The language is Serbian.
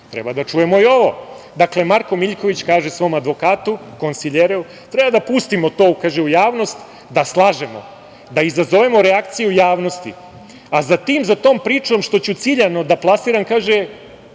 treba da čujemo i ovo. Dakle, Marko Miljković kaže svom advokatu konsiljereu: „Treba da pustimo to u javnost, da slažemo, da izazovemo reakciju javnosti, a za tom pričom, što ću ciljano da plasiram, za